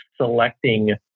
selecting